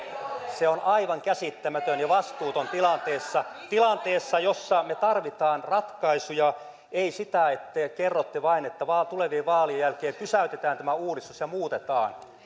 se on aivan käsittämätön ja vastuuton tilanteessa tilanteessa jossa me tarvitsemme ratkaisuja ei sitä että te kerrotte vain että tulevien vaalien jälkeen pysäytetään tämä uudistus ja muutetaan